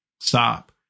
Stop